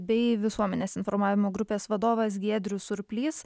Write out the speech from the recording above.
bei visuomenės informavimo grupės vadovas giedrius surplys